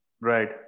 Right